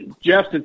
Jeff